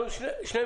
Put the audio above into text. בערך שני מיליון.